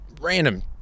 random